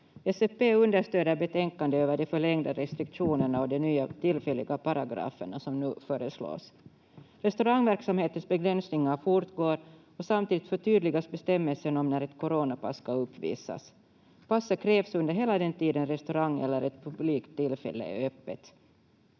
SFP understöder betänkandet över de förlängda restriktionerna och de nya tillfälliga paragraferna som nu föreslås. Restaurangverksamhetens begränsningar fortgår och samtidigt förtydligas bestämmelsen om när ett coronapass ska uppvisas. Passet krävs under hela den tid en restaurang eller ett publikt tillfälle är öppet.